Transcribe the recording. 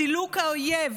סילוק האויב,